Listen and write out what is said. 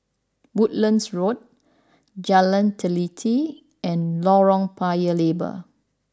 Woodlands Road Jalan Teliti and Lorong Paya Lebar